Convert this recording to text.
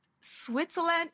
Switzerland